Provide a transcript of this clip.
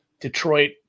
Detroit